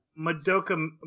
Madoka